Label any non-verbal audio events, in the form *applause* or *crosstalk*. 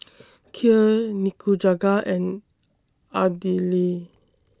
*noise* Kheer Nikujaga and Idili